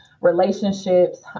relationships